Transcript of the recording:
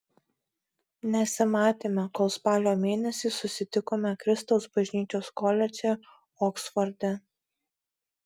nesimatėme kol spalio mėnesį susitikome kristaus bažnyčios koledže oksforde